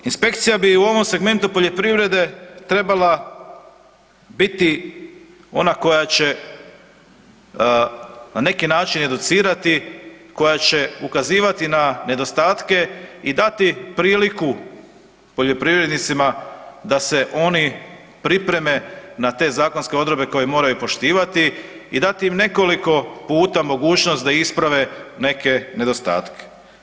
Inspekcija bi u ovom segmentu poljoprivrede trebala biti ona koja će na neki način educirati, koja će ukazivati na nedostatke i dati priliku poljoprivrednicima da se oni pripreme na te zakonske odredbe koje moraju poštivati i dati im nekoliko puta mogućnost da isprave neke nedostatke.